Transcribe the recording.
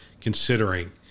considering